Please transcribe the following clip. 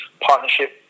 partnership